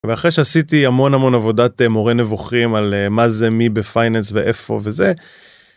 אחרי שעשיתי המון המון עבודת מורה נבוכים, על- מה זה, מי בפיינלס ואיפה וזה.